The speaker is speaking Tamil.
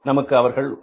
நமக்கு அவர்கள் 1